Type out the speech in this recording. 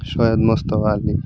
Syed Mujtaba Ali